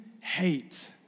Hate